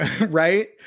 right